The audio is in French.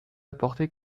apporter